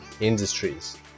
industries